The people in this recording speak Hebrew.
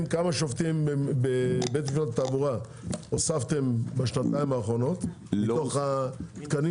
שופטים הוספתם לבית המשפט לתעבורה בשנתיים האחרונות מתוך התקנים